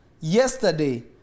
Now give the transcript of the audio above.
yesterday